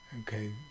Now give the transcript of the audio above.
Okay